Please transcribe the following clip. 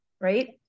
right